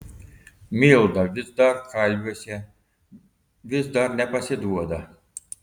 milda vis dar kalviuose vis dar nepasiduoda